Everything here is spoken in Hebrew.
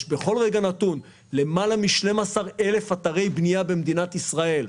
בכל רגע נתון יש למעלה מ-12,000 אתרי בנייה במדינת ישראל.